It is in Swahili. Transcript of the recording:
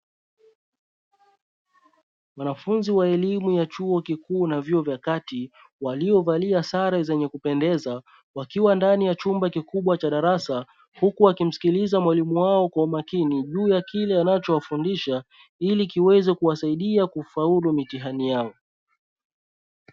Wanafunzi wa elimu ya chuo kikuu na vyuo vya kati waliovalia sare zenye kupendeza wakiwa ndani ya chumba kikubwa cha darasa, huku wakimsikiliza mwalimu wao kwa umakini juu ya kile anachowafundisha ili kiweze kuwasaidia kufaulu mitihani yangu.